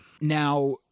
Now